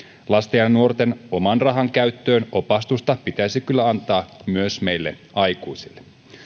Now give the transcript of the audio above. lasten ja ja nuorten oman rahan käyttöön opastusta pitäisi kyllä antaa myös meille aikuisille